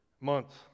months